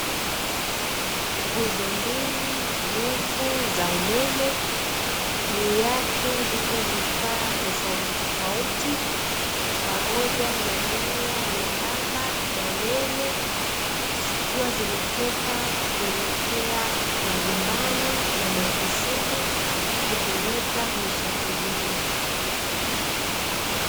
Nguzo mbili ndefu za umeme, juu yake vipo vifaa tofautitofauti pamoja na nyaya nyembamba na nene zikiwa zimetoka kuelekea majumbani na maofisini kupeleka nishati hii.